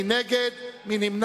מי בעד, מי נגד, מי נמנע?